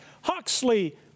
Huxley